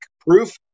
proof